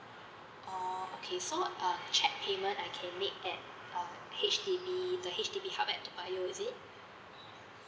oh okay so uh check payment I can make at uh H_D_B the H_D_B hub at toa payoh is it